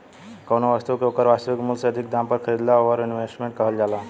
कौनो बस्तु के ओकर वास्तविक मूल से अधिक दाम पर खरीदला ओवर इन्वेस्टिंग कहल जाला